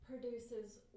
produces